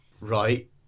right